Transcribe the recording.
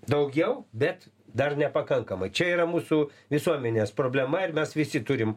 daugiau bet dar nepakankamai čia yra mūsų visuomenės problema ir mes visi turim